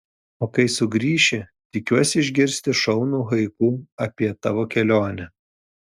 o kai sugrįši tikiuosi išgirsti šaunų haiku apie tavo kelionę